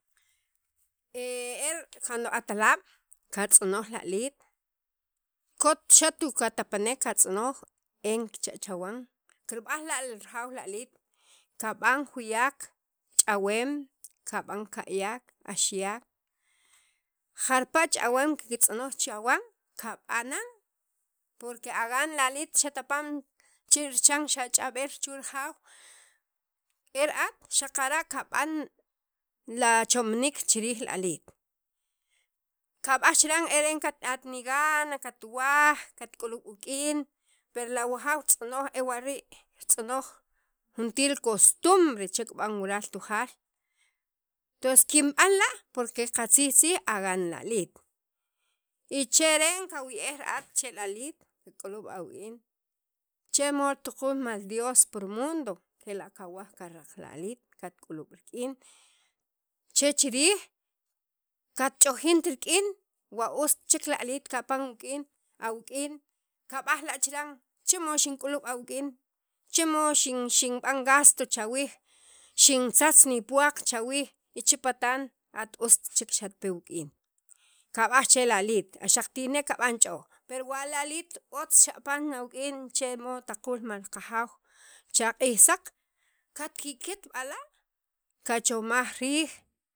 el cuando atalaab' katz'onoj li aliit kot xatapanaq katz'onoj een kicha' chawan kirb'aj la rajaaw li aliit kab'an juyak ch'aweem kab'an ka'yak axyak jarpala ch'awen kikb'aj chawan kab'anan porque agan li aliit xatapan chi' richan xach'ab'ej richu rijaaw ra'at xaqara' kab'an la chomniik chiriij li aliit kab'an chiran at nigan katwaj katk'ulub' wik'in ewa' rii' ritz'onoj juntir costumbre che kib'an wural tujaal tons kinb'an la' rimal qatzijtzij agan li aliit y cheren kawiyb'ej ra'at che li aliit kik'ulub' awuk'in che rimod xiritaquuj qa Dios pir mundo kela' kawaj karaq li aliit katk'ulb' rik'in che chirij katchojint rik'in wa ust chek li aliit kapan wuk'in awuk'in kab'aj la' chiran chimod xink'ulub'a awuk'in che mod xinb'an gasto cha wiij, xintzatz ni puwaq chawiij y che patan at ost chek xatpe wuk'in kab'aj che li aliit xaq kitijnek kab'an ch'ooj per wa li aliit otz xapan awuk'in che rimod taquul rimal qajaaw cha q'iij saq katki'kit b'ala' kachomaj riij.